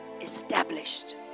established